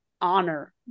honor